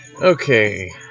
Okay